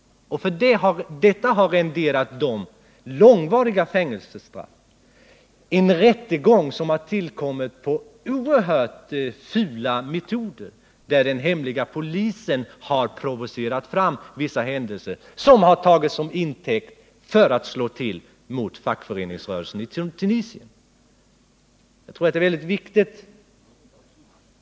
Detta har renderat dem långvariga fängelsestraff. Rättegångarna mot dem har där genomförts med hjälp av ovanligt fula metoder, där hemliga polisen provocerat fram vissa händelser, vilka tagits som intäkt för att få slå till mot fackföreningsrörelsen där.